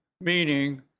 meaning